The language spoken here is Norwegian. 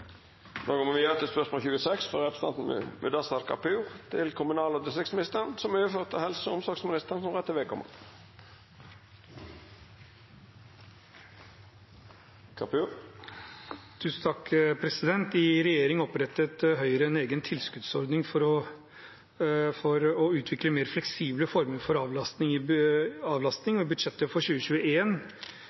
representanten Mudassar Kapur til kommunal- og distriktsministeren, er overført til helse- og omsorgsministeren som rette vedkomande. «I regjering opprettet Høyre i statsbudsjettet for 2021 en egen tilskuddsordning for å utvikle mer fleksible former for avlastning for eldre pårørende, og i forslaget til statsbudsjett for